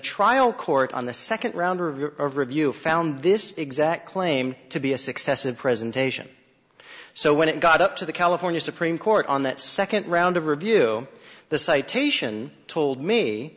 trial court on the second round of your review found this exact claim to be a success in presentation so when it got up to the california supreme court on that second round of review the